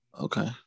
Okay